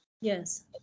Yes